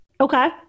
Okay